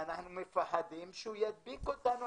אנחנו פוחדים שהוא ידביק אותנו,